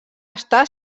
està